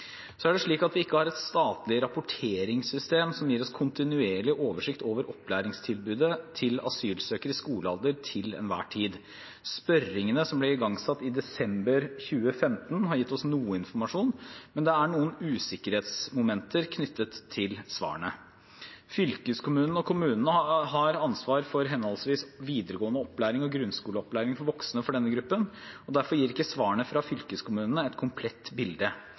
Så er det slik at vi ikke har et statlig rapporteringssystem som kontinuerlig gir oss oversikt over opplæringstilbudet til asylsøkere i skolealder til enhver tid. Spørringene som ble igangsatt i desember 2015, har gitt oss noe informasjon, men det er noen usikkerhetsmomenter knyttet til svarene. Fylkeskommunene og kommunene har ansvar for henholdsvis videregående opplæring og grunnskoleopplæring for voksne i denne gruppen. Derfor gir ikke svarene fra fylkeskommunene et komplett bilde.